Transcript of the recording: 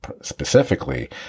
specifically